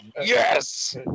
Yes